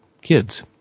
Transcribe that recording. kids